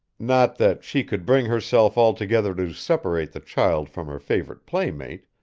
not that she could bring herself altogether to separate the child from her favorite playmate,